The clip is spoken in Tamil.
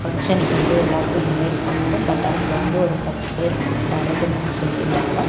ஃபங்க்ஷனுக்கு வந்து எல்லோருக்கும் இன்வைட் பண்ணிகிட்டோம் பட் அதில் வந்து ஒரு பத்துப் பேர் வந்து வரது இல்லைனு சொல்லிவிட்டாங்க